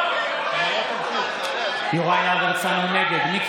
(חבר הכנסת יוראי להב הרצנו יוצא מאולם המליאה.)